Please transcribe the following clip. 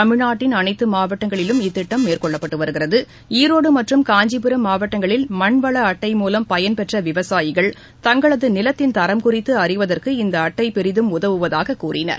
தமிழ்நாட்டின் அனைத்து மாவட்டங்களிலும் இத்திட்டம் மேற்கொள்ளப்பட்டு வருகிறது ஈரோடு மற்றும் மாவட்டங்களில் மண்வள அட்டை மூலம் பயன்பெற்ற விவசாயிகள் தங்களது நிலத்தின் தரம் குறித்து அறிவதற்கு இந்த அட்டை பெரிதும் உதவுவதாக கூறினர்